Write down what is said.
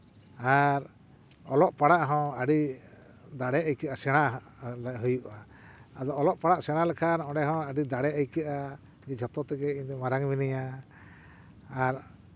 ᱟᱨ ᱚᱞᱚᱜ ᱯᱟᱲᱦᱟᱜ ᱦᱚᱸ ᱟᱹᱰᱤ ᱫᱟᱲᱮ ᱟᱹᱭᱠᱟᱹᱜᱼᱟ ᱥᱮᱲᱟ ᱦᱩᱭᱩᱜᱼᱟ ᱟᱫᱚ ᱚᱞᱚᱜ ᱯᱟᱲᱦᱟᱜ ᱥᱮᱬᱟ ᱞᱮᱠᱷᱟᱱ ᱚᱸᱰᱮ ᱦᱚᱸ ᱟᱹᱰᱤ ᱫᱟᱲᱮ ᱟᱹᱭᱠᱟᱹᱜᱼᱟ ᱡᱷᱚᱛᱚ ᱛᱮᱜᱮ ᱤᱧ ᱫᱚ ᱢᱟᱨᱟᱝ ᱢᱤᱱᱟᱹᱧᱟ ᱟᱨ